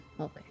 Okay